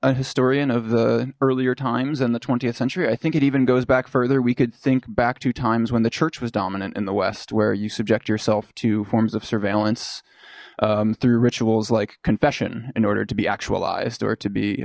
a historian of the earlier times and the th century i think it even goes back further we could think back to times when the church was dominant in the west where you subject yourself to forms of surveillance through rituals like confession in order to be actualized or to be